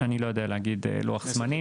אני לא יודע להגיד לוח זמנים.